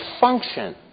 function